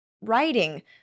writing